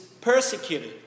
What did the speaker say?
persecuted